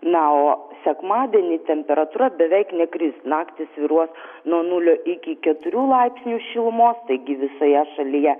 na o sekmadienį temperatūra beveik nekris naktį svyruos nuo nulio iki keturių laipsnių šilumos taigi visoje šalyje